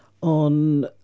on